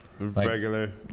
Regular